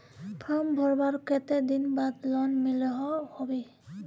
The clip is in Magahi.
फारम भरवार कते दिन बाद लोन मिलोहो होबे?